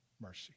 mercy